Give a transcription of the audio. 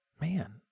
man